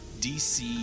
DC